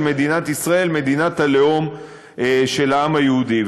מדינת ישראל מדינת הלאום של העם היהודי.